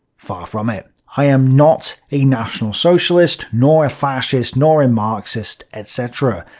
far from it. i am not a national socialist, nor a fascist, nor a marxist etc.